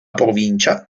provincia